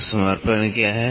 तोसमर्पण क्या है